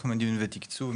תכנונים ותקצוב,